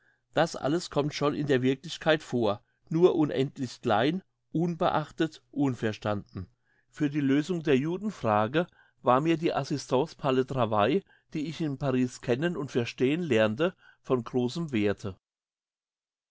das alles kommt schon in der wirklichkeit vor nur unendlich klein unbeachtet unverstanden für die lösung der judenfrage war mir die assistance par le travail die ich in paris kennen und verstehen lernte von grossem werthe